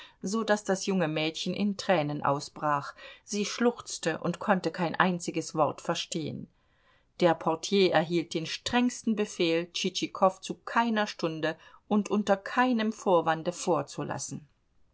so daß das junge mädchen in tränen ausbrach sie schluchzte und konnte kein einziges wort verstehen der portier erhielt den strengsten befehl tschitschikow zu keiner stunde und unter keinem vorwande vorzulassen